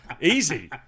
Easy